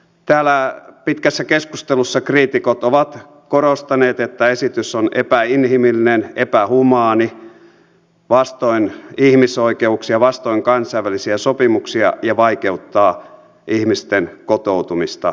täällä pitkässä keskustelussa kriitikot ovat korostaneet että esitys on epäinhimillinen epähumaani vastoin ihmisoikeuksia vastoin kansainvälisiä sopimuksia ja vaikeuttaa ihmisten kotoutumista suomessa